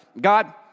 God